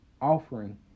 offering